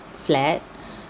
flat